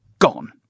Gone